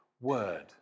word